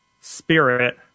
spirit